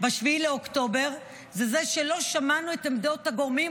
ב-7 באוקטובר היא שלא שמענו את עמדות הגורמים,